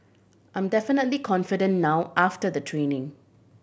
I'm definitely confident now after the training